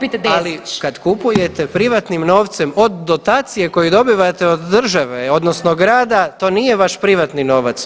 Ali kad kupujete privatnim novcem od dotacije koju dobivate od države, odnosno grada to nije vaš privatni novac.